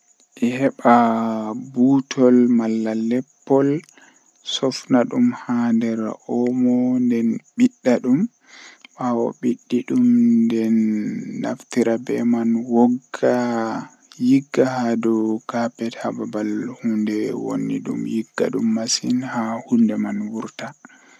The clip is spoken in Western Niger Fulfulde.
Gootel, Didi, Tati, To ahawri gotel didi be tati hokkete jweego.